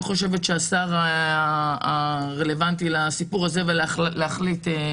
אני חושבת שהשר הרלוונטי להחליט על